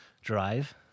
drive